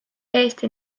eesti